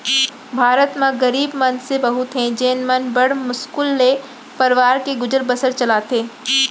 भारत म गरीब मनसे बहुत हें जेन मन बड़ मुस्कुल ले अपन परवार के गुजर बसर चलाथें